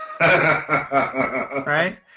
Right